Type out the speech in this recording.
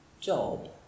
job